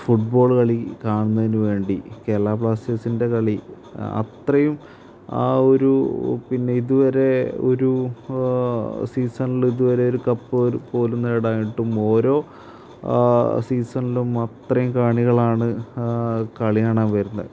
football കളി കാണുന്നതിനുവേണ്ടി കേരള ബ്ളാസ്റ്റേർസിന്റ്റെ കളി അത്രയും ആ ഒരു പിന്നെ ഇതുവരെ ഒരു സീസണിലും ഇതുവരെ ഒരു കപ്പ് പോലും നേടാഞ്ഞിട്ടും ഓരോ സീസണിലും അത്രയും കാണികളാണ് കളി കാണാൻ വരുന്നേ